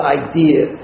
idea